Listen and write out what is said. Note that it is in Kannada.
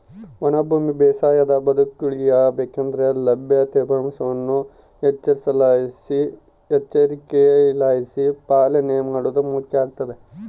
ಒಣ ಭೂಮಿ ಬೇಸಾಯ ಬದುಕುಳಿಯ ಬೇಕಂದ್ರೆ ಲಭ್ಯ ತೇವಾಂಶವನ್ನು ಎಚ್ಚರಿಕೆಲಾಸಿ ಪಾಲನೆ ಮಾಡೋದು ಮುಖ್ಯ ಆಗ್ತದ